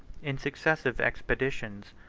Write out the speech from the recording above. in successive expeditions,